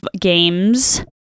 games